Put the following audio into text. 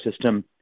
system